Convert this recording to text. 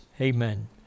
Amen